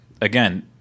again